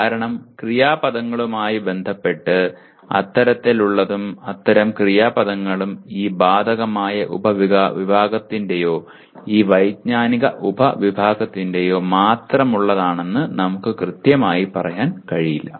കാരണം ക്രിയാപദങ്ങളുമായി ബന്ധപ്പെട്ട് അത്തരത്തിലുള്ളതും അത്തരം ക്രിയാപദങ്ങളും ഈ ബാധകമായ ഉപവിഭാഗത്തിന്റേയോ ഈ വൈജ്ഞാനിക ഉപവിഭാഗത്തിന്റേയോ മാത്രമാണുള്ളതെന്ന് നമുക്ക് കൃത്യമായി പറയാൻ കഴിയില്ല